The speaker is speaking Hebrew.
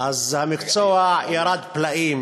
אז המקצוע ירד פלאים.